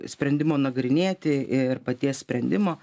sprendimo nagrinėti ir paties sprendimo